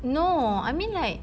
no I mean like